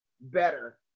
better